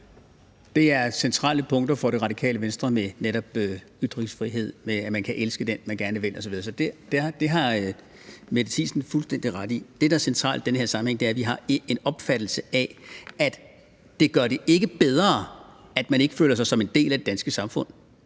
Det er centrale punkter for Det Radikale Venstre – netop ytringsfriheden, og at man kan elske den, man vil, osv. Så det har Mette Thiesen fuldstændig ret i. Det, der er centralt i den her sammenhæng, er, at vi har en opfattelse af, at det ikke gør det bedre, at man ikke føler sig som en del af det danske samfund.